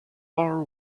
far